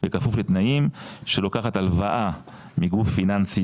בכפוף לתנאים לוקחת הלוואה מגוף פיננסי